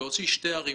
להוציא שתי ערים,